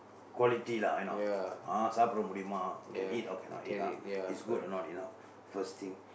quality lah you know ah சாப்பிட முடியுமா:saapida mudiyumaa can eat or cannot eat lah is good or not you know first thing